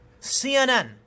CNN